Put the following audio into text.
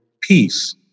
peace